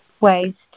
waste